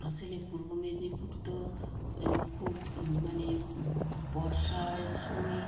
আসলে পূর্ব মেদিনীপুর তো খুব মানে বর্ষার সময়